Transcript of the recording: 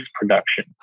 production